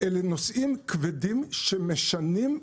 אלו נושאים כבדים שמשנים.